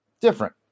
different